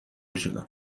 شدم